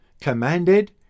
commanded